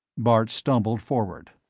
bart stumbled forward.